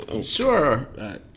Sure